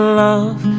love